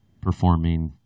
performing